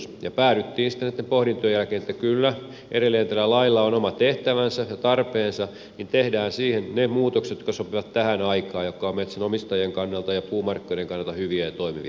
päädyttiin sitten näitten pohdintojen jälkeen siihen että kyllä edelleen tällä lailla on oma tehtävänsä ja tarpeensa niin että tehdään siihen ne muutokset jotka sopivat tähän aikaan jotka ovat metsänomistajien kannalta ja puumarkkinoiden kannalta hyviä ja toimivia